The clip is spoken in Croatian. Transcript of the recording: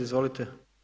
Izvolite.